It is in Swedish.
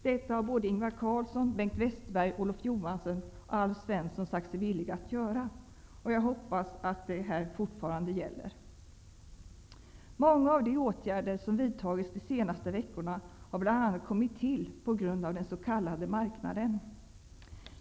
Detta har Johansson och Alf Svensson sagt sig villiga att göra. Jag hoppas att de fortfarande står för sina uttalanden. Många av de åtgärder som har vidtagits de senaste veckorna har bl.a. kommit till på grund av den s.k. marknaden.